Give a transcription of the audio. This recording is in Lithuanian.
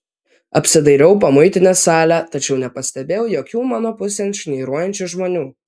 apsidairiau po muitinės salę tačiau nepastebėjau jokių mano pusėn šnairuojančių žmonių